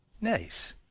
Nice